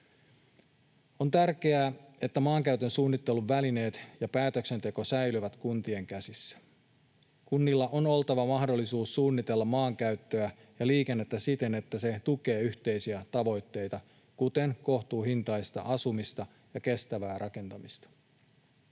On tärkeää, että maankäytön suunnittelun välineet ja päätöksenteko säilyvät kuntien käsissä. Kunnilla on oltava mahdollisuus suunnitella maankäyttöä ja liikennettä siten, että se tukee yhteisiä tavoitteita, kuten kohtuuhintaista asumista ja kestävää rakentamista.